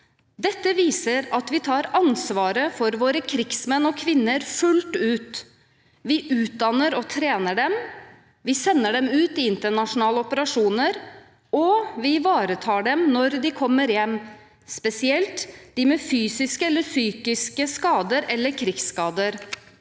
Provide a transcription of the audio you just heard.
Dette viser at vi tar ansvaret for våre krigsmenn og -kvinner fullt ut. Vi utdanner og trener dem, vi sender dem ut i internasjonale operasjoner, og vi ivaretar dem når de kommer hjem, spesielt de med fysiske eller psykiske skader eller krigsskader.